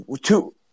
two